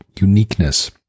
uniqueness